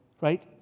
Right